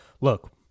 look